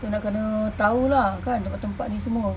kita nak kena tahu lah kan tempat-tempat ni semua